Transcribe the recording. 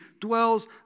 dwells